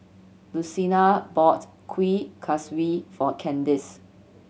Lucina bought Kuih Kaswi for Kandice